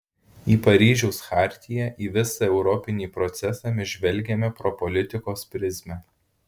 į paryžiaus chartiją į visą europinį procesą mes žvelgiame pro politikos prizmę